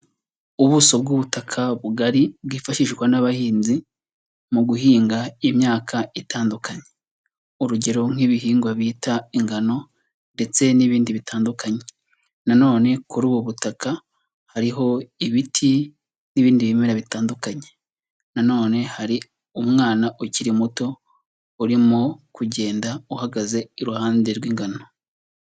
Ubuso bw'ubutaka bugari bwifashishwa n'abahinzi mu guhinga imyaka itandukanye, urugero nk'ibihingwa bita ingano ndetse n'ibindi bitandukanye, nanone kuri ubu butaka hariho ibiti n'ibindi bimera bitandukanye nanone hari umwana ukiri muto urimo kugenda, uhagaze iruhande rw'ingano.